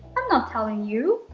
i'm not telling you.